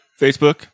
Facebook